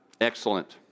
excellent